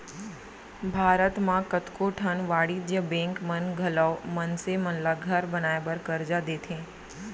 भारत म कतको ठन वाणिज्य बेंक मन घलौ मनसे मन ल घर बनाए बर करजा देथे